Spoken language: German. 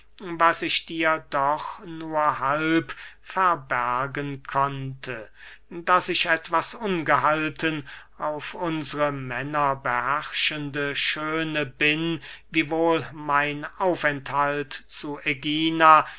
was ich dir doch nur halb verbergen konnte daß ich etwas ungehalten auf unsre männerbeherrschende schöne bin wiewohl mein aufenthalt zu ägina